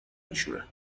میشورن